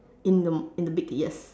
in the in the beak yes